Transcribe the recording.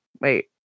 wait